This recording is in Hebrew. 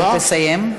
צריך לסיים.